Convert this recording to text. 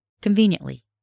Conveniently